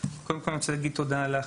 קודם כל אני רוצה להגיד תודה לך,